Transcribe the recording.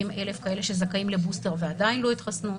אלף כאלה שזכאים לבוסטר ולא קיבלו אותו.